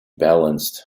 balanced